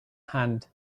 hand